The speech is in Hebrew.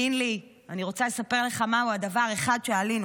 קינלי, אני רוצה לספר מהו הדבר האחד שעלינו.